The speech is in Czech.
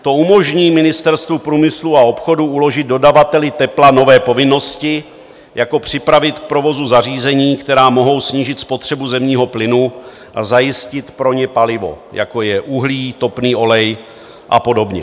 To umožní Ministerstvu průmyslu a obchodu uložit dodavateli tepla nové povinnosti, jako připravit k provozu zařízení, která mohou snížit spotřebu zemního plynu, a zajistit pro ně palivo, jako je uhlí, topný olej a podobně.